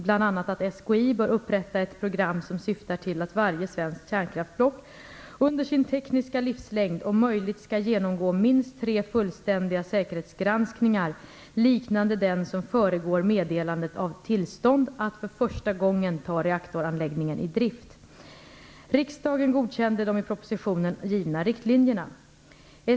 bör upprätta ett program som syftar till att varje svenskt kärnkraftsblock under sin tekniska livslängd om möjligt skall genomgå minst tre fullständiga säkerhetsgranskningar liknande den som föregår meddelandet om tillstånd att för första gången ta reaktoranläggningen i drift. Riksdagen godkände de i propositionen givna riktlinjerna.